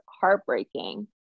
heartbreaking